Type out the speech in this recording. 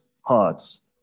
hearts